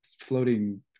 floating